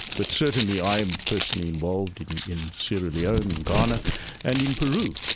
but certainly i'm personally involved in in sierra leone, in ghana and in peru.